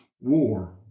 war